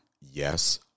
Yes